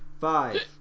five